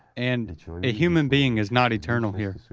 and a human being is not eternal here.